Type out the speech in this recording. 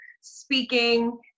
speaking